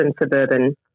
suburban